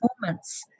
performance